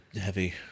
heavy